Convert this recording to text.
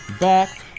back